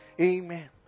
Amen